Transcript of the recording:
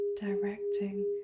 directing